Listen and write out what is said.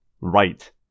Right